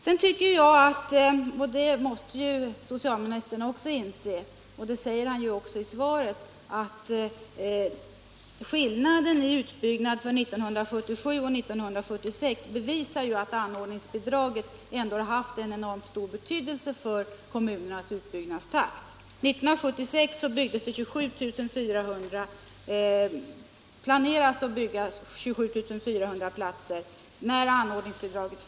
Sedan tycker jag —- det måste även socialministern inse, och det säger 51 han också i svaret — att skillnaden i utbyggnadstakt mellan 1976 och 1977 visar att anordningsbidraget haft mycket stor betydelse för kommunernas utbyggnadstakt. År 1976 planerade man att bygga 27 400 platser — då fanns anordningsbidraget.